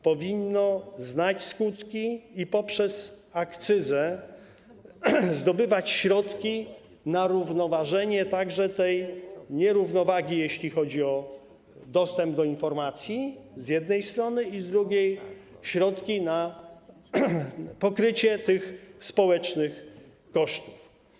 Powinno znać skutki i poprzez akcyzę zdobywać środki na równoważenie tej nierównowagi, jeśli chodzi o dostęp do informacji z jednej strony i z drugiej, środki na pokrycie społecznych kosztów.